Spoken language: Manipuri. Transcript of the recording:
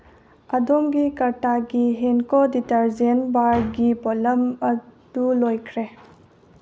ꯑꯗꯣꯝꯒꯤ ꯀꯥꯔꯠꯇꯒꯤ ꯍꯦꯟꯀꯣ ꯗꯤꯇꯔꯖꯦꯟ ꯕꯥꯔꯒꯤ ꯄꯣꯠꯂꯝ ꯑꯗꯨ ꯂꯣꯏꯈ꯭ꯔꯦ